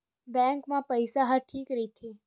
Bank मा पईसा ह ठीक राइथे?